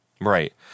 Right